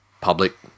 public